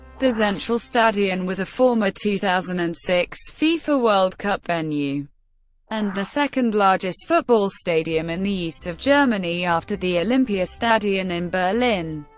the zentralstadion was a former two thousand and six fifa world cup venue and the second largest football stadium in the east of germany, after the olympiastadion in berlin.